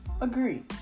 agree